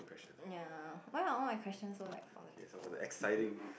ya why are all my questions so like political